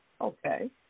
Okay